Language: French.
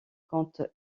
compte